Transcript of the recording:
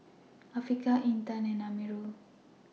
Afiqah Intan and Amirul